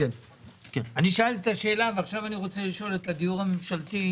אני שאלתי את השאלה ועכשיו אני רוצה לשאול את הדיור הממשלתי.